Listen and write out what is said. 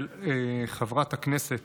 של חברת הכנסת